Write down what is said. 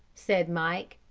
said mike.